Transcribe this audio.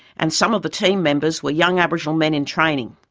and some of the team members were young aboriginal men in training.